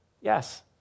yes